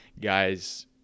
Guys